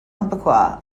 umpqua